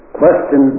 question